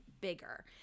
bigger